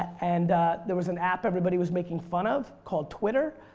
and there was an app everybody was making fun of called twitter.